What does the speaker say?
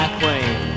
queen